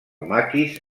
maquis